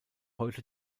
heute